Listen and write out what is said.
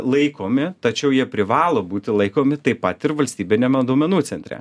laikomi tačiau jie privalo būti laikomi taip pat ir valstybiniame duomenų centre